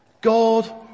God